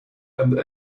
and